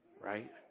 Right